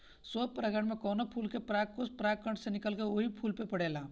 स्वपरागण में कवनो फूल के परागकोष परागण से निकलके ओही फूल पे पड़ेला